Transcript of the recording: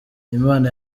imana